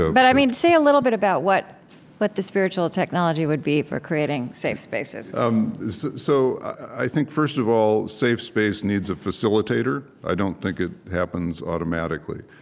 so but i mean, say a little bit about what what the spiritual technology would be for creating safe spaces um so, i think first of all, safe space needs a facilitator. i don't think it happens automatically.